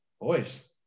Boys